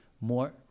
more